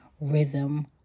rhythm